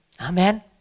Amen